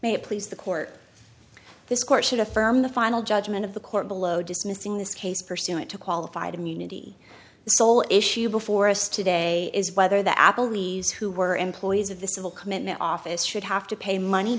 may please the court this court should affirm the final judgment of the court below dismissing this case pursuant to qualified immunity the sole issue before us today is whether the apple knees who were employees of the civil commitment office should have to pay money